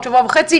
עוד שבוע וחצי,